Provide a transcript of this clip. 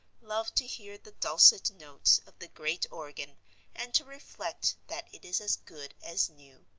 love to hear the dulcet notes of the great organ and to reflect that it is as good as new.